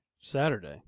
Saturday